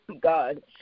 God